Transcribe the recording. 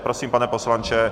Prosím, pane poslanče.